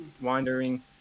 wandering